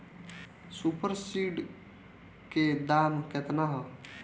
Super seeder के दाम केतना ह?